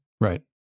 Right